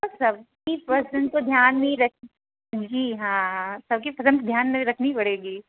हाँ सबकी पसंद ध्यान में रखते जी हाँ सबकी पसंद ध्यान में रखनी पड़ेगी